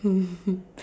mmhmm